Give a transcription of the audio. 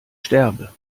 sterbe